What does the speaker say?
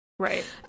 Right